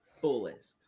fullest